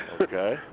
Okay